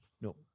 No